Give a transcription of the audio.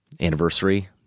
anniversary